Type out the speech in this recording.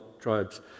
tribes